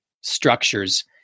structures